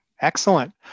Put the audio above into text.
Excellent